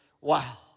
wow